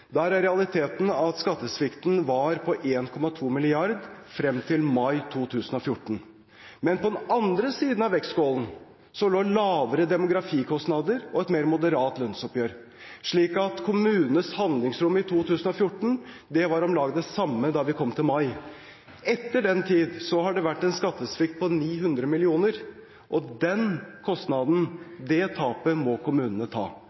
Der er realiteten at skattesvikten var på 1,2 mrd. kr frem til mai 2014. Men på den andre siden av vektskålen lå lavere demografikostnader og et mer moderat lønnsoppgjør, slik at kommunenes handlingsrom i 2014 var om lag det samme da vi kom til mai. Etter den tid har det vært en skattesvikt på 900 mill. kr, og den kostnaden, det tapet, må kommunene ta.